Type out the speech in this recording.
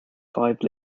five